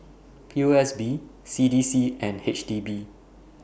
P O S B C D C and H D B